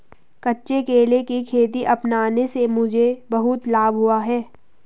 कच्चे केले की खेती अपनाने से मुझे बहुत लाभ हुआ है